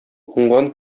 уңган